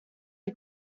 que